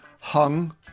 hung